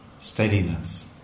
steadiness